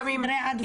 בוועדה,